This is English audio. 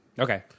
Okay